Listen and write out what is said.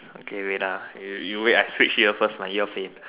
okay wait ah you you wait I Switch ear first my ear pain